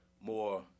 more